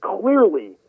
clearly